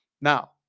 Now